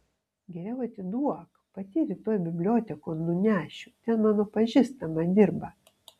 geriau atiduok pati rytoj bibliotekon nunešiu ten mano pažįstama dirba